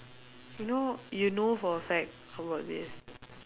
you know you know for a fact about this